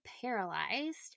paralyzed